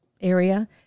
area